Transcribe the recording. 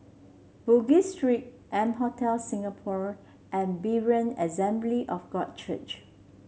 Bugis Street M Hotel Singapore and Berean Assembly of God Church